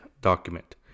document